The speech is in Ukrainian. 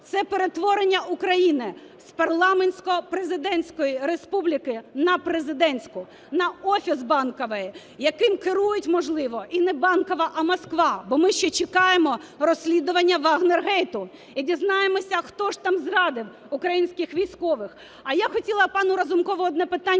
це перетворення України з парламентсько-президентської республіки на президентську, на офіс Банкової. Яким керують, можливо, і не Банкова, а Москва, бо ми ще чекаємо розслідування "Вагнергейту" і дізнаємося, хто ж там зрадив українських військових. А я хотіла пану Разумкову одне питання